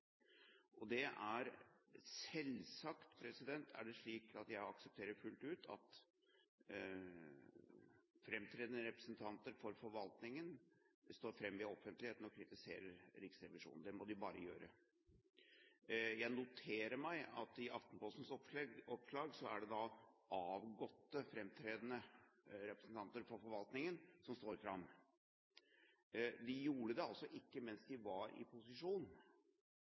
av hele komiteen. Selvsagt er det slik at jeg aksepterer fullt ut at framtredende representanter for forvaltningen står fram i offentligheten og kritiserer Riksrevisjonen. Det må de bare gjøre. Jeg noterer meg at i Aftenpostens oppslag er det avgåtte, framtredende representanter for forvaltningen som står fram. De gjorde det altså ikke mens de var i posisjon.